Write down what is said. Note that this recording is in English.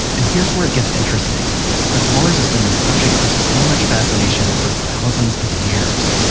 and here's where it gets interesting since mars has been the subject of so much fascination for thousands of years.